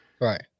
Right